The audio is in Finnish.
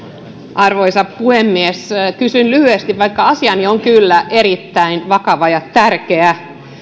arvoisa puhemies kysyn lyhyesti vaikka asiani on kyllä erittäin vakava ja tärkeä